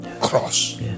Cross